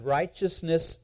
righteousness